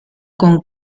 con